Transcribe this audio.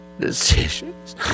decisions